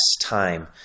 time